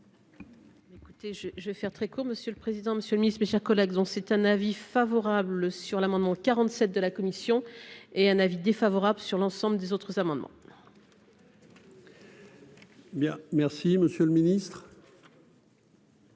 je vais faire très court : Monsieur le Président, Monsieur le Ministre, mes chers collègues sont c'est un avis favorable sur l'amendement 47 de la commission et un avis défavorable sur l'ensemble des autres amendements. Et. Bien, merci Monsieur le Ministre.